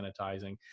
sanitizing